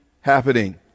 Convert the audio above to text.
happening